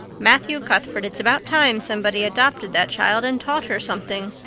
matthew cuthbert, it's about time somebody adopted that child and taught her something.